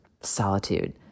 solitude